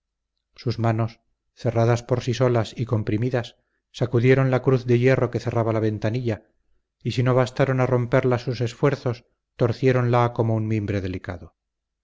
sus manos cerradas por sí solas y comprimidas sacudieron la cruz de hierro que cerraba la ventanilla y si no bastaron a romperla sus esfuerzos torciéronla como un mimbre delicado